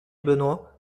benoit